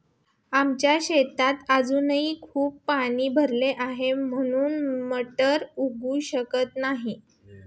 आमच्या शेतात अजूनही खूप पाणी भरले आहे, म्हणून मटार उगवू शकत नाही